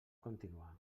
continuar